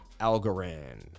Algorand